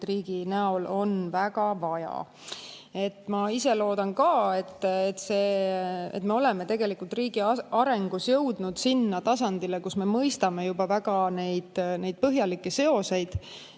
riigi näol on väga vaja. Ma ise loodan ka, et me oleme tegelikult riigi arengus jõudnud sinna tasandile, kus me mõistame juba väga neid põhjalikke seoseid.